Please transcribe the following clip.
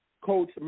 Coach